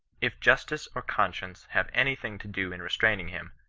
if justice or conscience have any thing to do in restraining him,